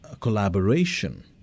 collaboration